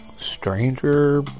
Stranger